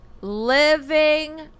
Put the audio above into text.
living